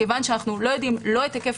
כיוון שאנחנו לא יודעים לא את היקף